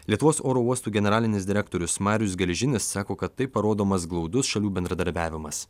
lietuvos oro uostų generalinis direktorius marius gelžinis sako kad taip parodomas glaudus šalių bendradarbiavimas